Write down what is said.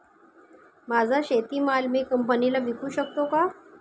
माझा शेतीमाल मी कंपनीला विकू शकतो का?